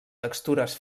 textures